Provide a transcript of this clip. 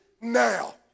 now